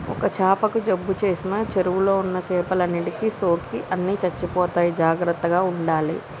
ఒక్క చాపకు జబ్బు చేసిన చెరువుల ఉన్న చేపలన్నిటికి సోకి అన్ని చచ్చిపోతాయి జాగ్రత్తగ ఉండాలే